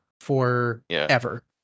forever